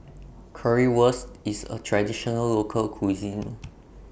Currywurst IS A Traditional Local Cuisine